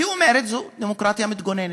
היא אומרת: זו דמוקרטיה מתגוננת.